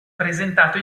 presentato